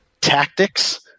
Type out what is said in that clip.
Tactics